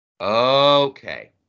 Okay